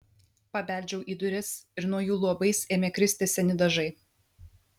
pabeldžiau į duris ir nuo jų luobais ėmė kristi seni dažai